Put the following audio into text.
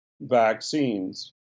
vaccines